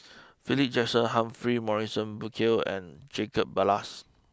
Philip Jackson Humphrey Morrison Burkill and Jacob Ballas